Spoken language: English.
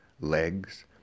legs